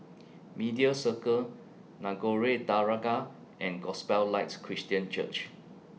Media Circle Nagore Dargah and Gospel Lights Christian Church